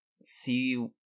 see